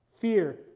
Fear